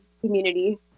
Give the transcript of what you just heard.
community